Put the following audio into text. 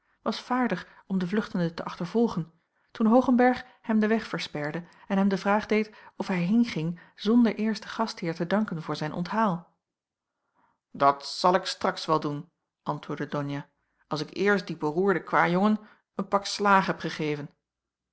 was vaardig om den vluchtende te achtervolgen toen hoojacob van ennep laasje evenster oogenberg hem den weg versperde en hem de vraag deed of hij heenging zonder eerst den gastheer te danken voor zijn onthaal dat zal ik straks wel doen antwoordde donia als ik eerst dien beroerden kwaêjongen een pak slaag heb gegeven